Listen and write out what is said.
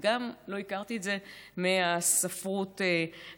וגם לא הכרתי את זה מהספרות ההיסטורית,